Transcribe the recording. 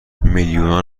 میلیونها